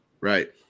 Right